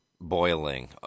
boiling